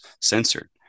censored